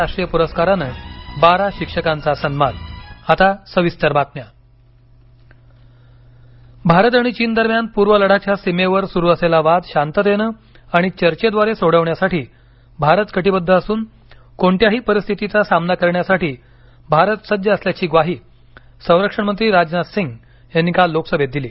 राष्ट्रीय फ्लपाखरू निवडण्यासाठी ऑनलाईन पसंतीला सुरुवात राजनाथ सिंह भारत आणि चीन दरम्यान पूर्व लडाखच्या सीमेवर सुरू असलेला वाद शांततेनं आणि चर्चेद्वारे सोडवण्यासाठी भारत कटीबद्ध असून कोणत्याही परिस्थितीचा सामना करण्यासाठी भारत सज्ज असल्याची ग्वाही संरक्षण मंत्री राजनाथ सिंह काल लोकसभेत दिली